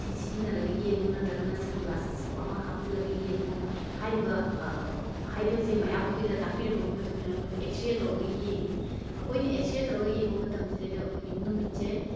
ꯁꯤ ꯁꯤꯖꯤꯟꯅꯔꯒ ꯌꯦꯡꯉꯨ ꯅꯠꯇ꯭ꯔꯒꯅ ꯁꯟ ꯒ꯭ꯂꯥꯁ ꯑꯃ ꯍꯥꯞꯆꯤꯜꯂꯒ ꯌꯦꯡꯉꯨ ꯍꯥꯏꯔꯤꯕ ꯍꯥꯏꯕꯁꯦ ꯃꯌꯥꯝ ꯑꯩꯈꯣꯏꯗ ꯇꯥꯛꯄꯤꯔꯛꯄꯒꯤ ꯃꯇꯨꯡ ꯏꯟꯅ ꯑꯩꯈꯣꯏꯁꯨ ꯑꯦꯛꯁꯔꯦ ꯇꯧꯔꯒ ꯌꯦꯡꯉꯦ ꯑꯩꯈꯣꯏꯅ ꯑꯦꯛꯁꯔꯦ ꯇꯧꯔꯒ ꯌꯦꯡꯕ ꯃꯇꯝꯁꯤꯗꯩꯗ ꯑꯈꯣꯏꯒꯤ ꯅꯨꯃꯤꯠꯁꯦ